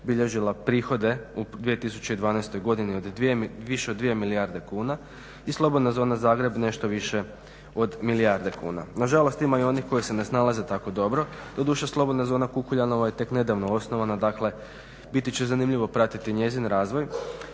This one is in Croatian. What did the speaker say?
bilježila prihode u 2012. godini više od 2 milijarde kuna i slobodna zona Zagreb nešto više od milijarde kuna. Nažalost ima i onih koji se ne snalaze tako dobro, doduše slobodna zona Kukuljanovo je tek nedavno osnovano, dakle biti će zanimljivo pratiti njezin razvoj